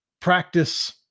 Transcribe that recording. practice